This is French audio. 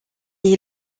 est